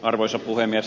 arvoisa puhemies